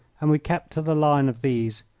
and we kept to the line of these,